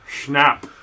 Snap